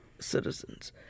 citizens